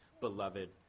beloved